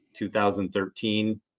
2013